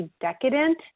decadent